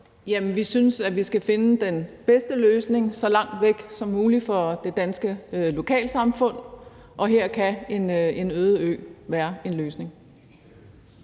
vi synes, at vi skal finde den bedste løsning og noget, der ligger så langt væk som muligt fra det danske lokalsamfund, og her kan en øde ø være en løsning.